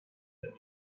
that